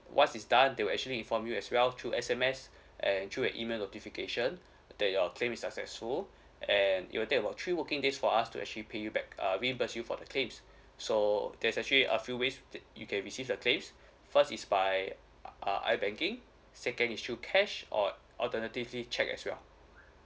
once it's done they will actually inform you as well through S_M_S and through an email notification that your claim is successful and it will take about three working days for us to actually pay you back uh reimburse you for the claims so there's actually a few ways that you can receive your claim first is by uh ibanking second issue cash or alternatively cheque as well